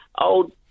old